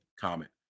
comment